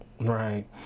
Right